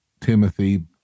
Timothy